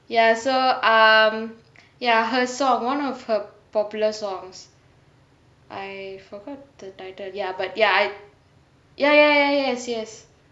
ya so um ya her song one of her popular songs I forgot the title ya but ya ya ya yes yes